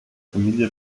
familie